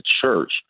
church